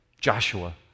Joshua